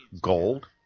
gold